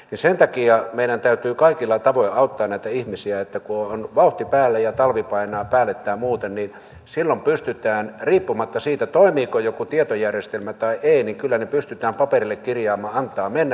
sen takia meidän täytyy kaikilla tavoin auttaa näitä ihmisiä että kun on vauhti päällä ja talvi painaa päälle tai muuten niin silloin ne pystytään riippumatta siitä toimiiko joku tietojärjestelmä tai ei kyllä paperille kirjaamaan antaa mennä vain